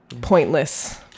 pointless